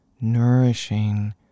nourishing